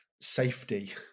safety